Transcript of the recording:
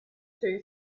too